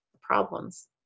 problems